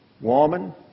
woman